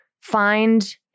Find